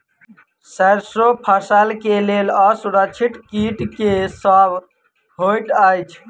सैरसो फसल केँ लेल असुरक्षित कीट केँ सब होइत अछि?